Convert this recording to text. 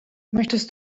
möchtest